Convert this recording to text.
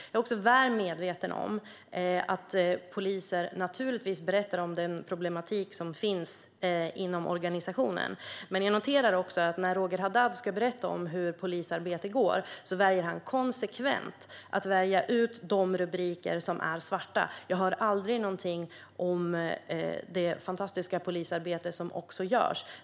Jag är väl medveten om att poliser naturligtvis berättar om den problematik som finns inom organisationen, men jag noterar att när Roger Haddad ska berätta om hur polisarbetet går väljer han konsekvent att välja ut de rubriker som är svarta. Jag hör aldrig något om det fantastiska polisarbete som också görs.